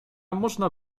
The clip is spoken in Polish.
można